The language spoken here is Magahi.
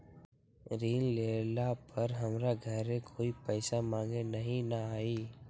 ऋण लेला पर हमरा घरे कोई पैसा मांगे नहीं न आई?